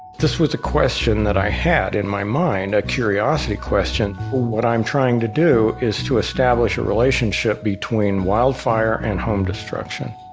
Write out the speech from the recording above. this was a question that i had in my mind, a curiosity question. what i'm trying to do is to establish a relationship between wildfire and home destruction.